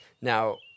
Now